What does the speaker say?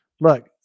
look